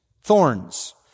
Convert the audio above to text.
thorns